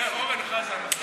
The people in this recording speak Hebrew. זה אורן חזן, הקטן